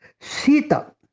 Sita